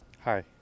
Hi